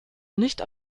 nicht